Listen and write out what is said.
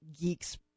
geeks